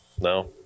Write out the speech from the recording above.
no